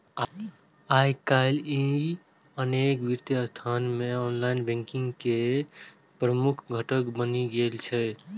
आइकाल्हि ई अनेक वित्तीय संस्थान मे ऑनलाइन बैंकिंग के प्रमुख घटक बनि गेल छै